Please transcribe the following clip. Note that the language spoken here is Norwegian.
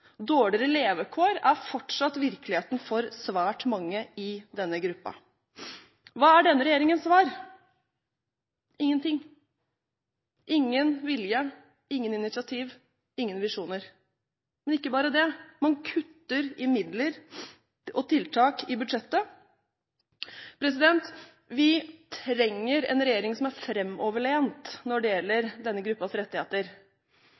dårligere levekår er fortsatt virkeligheten for svært mange i denne gruppen. Hva er denne regjeringens svar? Ingenting – ingen vilje, ingen initiativer, ingen visjoner. Men ikke bare det – man kutter i midler og tiltak i budsjettet. Vi trenger en regjering som er framoverlent når det gjelder denne gruppens rettigheter.